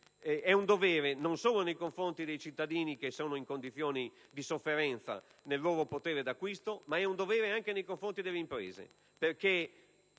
è un dovere, non solo nei confronti dei cittadini che sono in condizioni di sofferenza nel loro potere di acquisto, ma anche nei confronti delle imprese,